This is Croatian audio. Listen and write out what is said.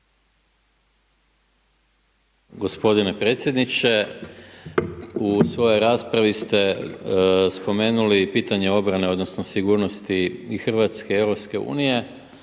g. predsjedniče u svojoj raspravi ste spomenuli pitanje obrane odnosno sigurnosti i RH i EU i